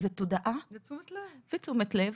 זה תודעה ותשומת לב.